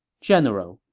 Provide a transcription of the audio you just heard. general,